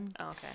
Okay